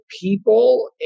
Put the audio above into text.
people